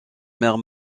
mère